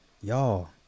Y'all